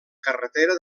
carretera